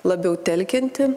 labiau telkianti